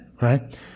right